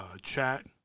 chat